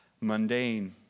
mundane